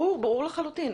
ברור לחלוטין.